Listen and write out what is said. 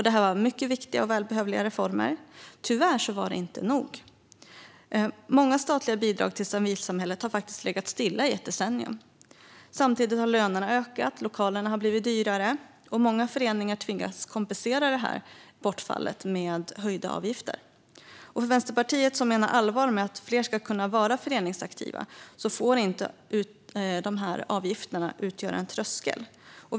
Det var mycket viktiga och välbehövliga reformer. Tyvärr var det inte nog. Många statliga bidrag till civilsamhället har faktiskt legat stilla i ett decennium samtidigt som lönerna har ökat och lokalerna har blivit dyrare. Många föreningar tvingas kompensera detta bortfall med höjda avgifter. För Vänsterpartiet, som menar allvar med att fler ska kunna vara föreningsaktiva, får de här avgifterna inte utgöra en tröskel.